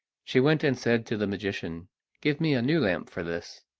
she went and said to the magician give me a new lamp for this.